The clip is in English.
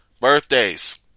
Birthdays